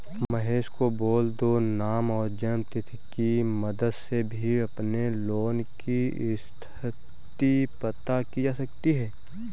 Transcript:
महेश को बोल दो नाम और जन्म तिथि की मदद से भी अपने लोन की स्थति पता की जा सकती है